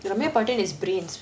ramya pandian is great